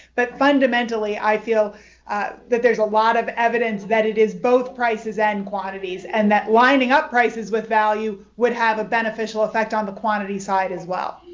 but fundamentally, i feel that there's a lot of evidence that it is both prices and quantities. and that lining up prices with value would have a beneficial effect on the quantity side as well.